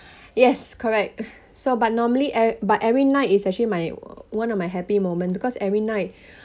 yes correct so but normally e~ but every night it's actually my one of my happy moment because every night